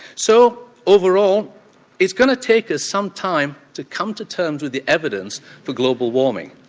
so, overall it's going to take us sometime to come to terms with the evidence for global warming.